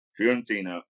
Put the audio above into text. Fiorentina